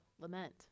lament